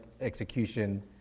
execution